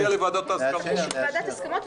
ועדת הסכמות,